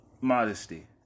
modesty